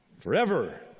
Forever